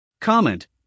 Comment